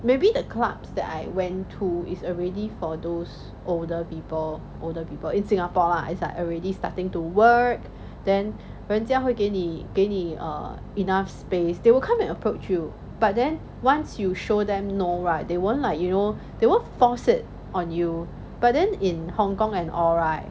maybe that club that I went to is already for those older people older people in singapore lah as I already starting to work then 人家会给你给你 err enough space they will come and approach you but then once you show them no right they won't like you know they won't force it on you but then in hong-kong and all right